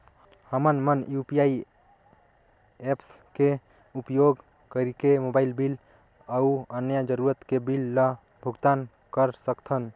हमन मन UPI apps के उपयोग करिके मोबाइल बिल अऊ अन्य जरूरत के बिल ल भुगतान कर सकथन